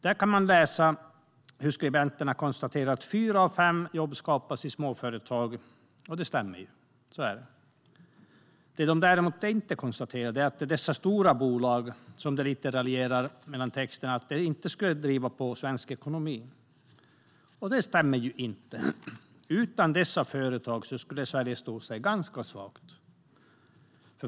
Där konstaterar skribenterna att fyra av fem jobb skapas av småföretag - och det stämmer ju, så är det. Det de däremot inte konstaterar är att dessa stora bolag, som de lite raljerar över, driver svensk ekonomi. Utan dessa företag skulle Sverige stå ganska svagt.